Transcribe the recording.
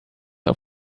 auf